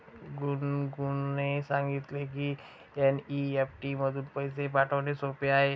गुनगुनने सांगितले की एन.ई.एफ.टी मधून पैसे पाठवणे सोपे आहे